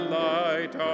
light